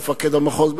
עם מפקד המחוז,